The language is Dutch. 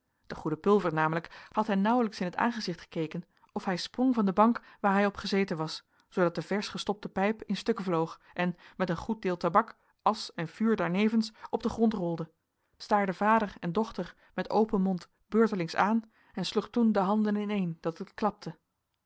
de goede pulver namelijk had hen nauwelijks in t aangezicht gekeken of hij sprong van de bank waar hij op gezeten was zoodat de versch gestopte pijp in stukken vloog en met een goed deel tabak asch en vuur daarnevens op den grond rolde staarde vader en dochter met open mond beurtelings aan en sloeg toen de handen ineen dat het klapte